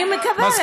אני מקבלת.